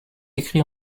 écrit